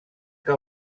que